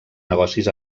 negocis